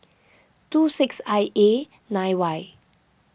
two six I A nine Y